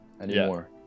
anymore